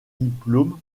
diplômes